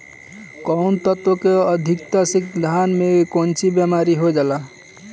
कौन तत्व के अधिकता से धान में कोनची बीमारी हो जाला?